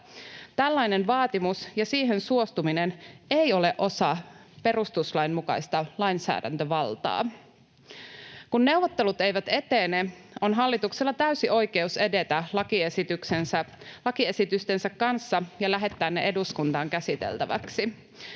Tällainen vaatimus ja siihen suostuminen ei ole osa perustuslain mukaista lainsäädäntövaltaa. Kun neuvottelut eivät etene, on hallituksella täysi oikeus edetä lakiesitystensä kanssa ja lähettää ne eduskuntaan käsiteltäväksi.